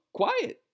quiet